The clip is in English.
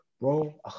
Bro